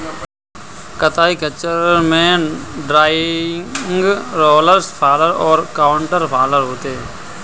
कताई खच्चर में ड्रॉइंग, रोलर्स फॉलर और काउंटर फॉलर होते हैं